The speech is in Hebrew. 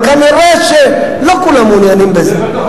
אבל כנראה לא כולם מעוניינים בזה.